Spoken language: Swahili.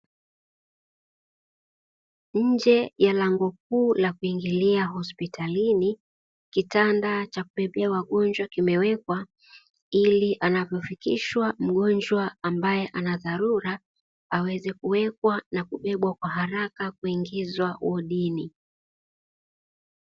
Njee ya lango la kuu la kuingilia hospitalini kitanda cha kubebea wagonjwa kimewekwa ili anapo fikishwa mgonjwa ambaye ana dharura aweze kuekwa na kubebwa kwa haraka kuingizwa hodini.